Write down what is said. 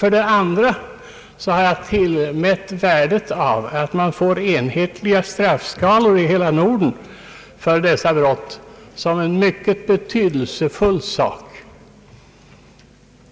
För det andra har jag tillmätt värdet av att man får enhetliga straffskalor inom hela Norden för dessa brott som en mycket betydelsefull sak.